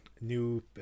new